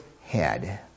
head